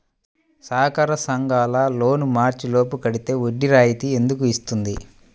సహకార సంఘాల లోన్ మార్చి లోపు కట్టితే వడ్డీ రాయితీ ఎందుకు ఇస్తుంది?